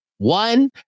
One